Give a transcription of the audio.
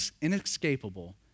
inescapable